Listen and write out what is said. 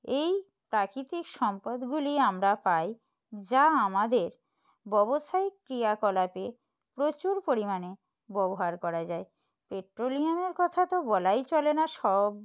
এই প্রাকৃতিক সম্পদগুলিই আমরা পাই যা আমাদের ব্যবসায়িক ক্রিয়াকলাপে প্রচুর পরিমাণে ববোহার করা যায় পেট্রোলিয়ামের কথা তো বলাই চলে না সব